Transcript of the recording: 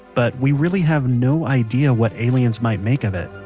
but we really have no idea what aliens might make of it.